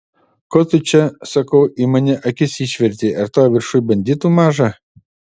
ko tu čia sakau į mane akis išvertei ar tau viršuj banditų maža